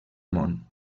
món